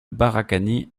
barakani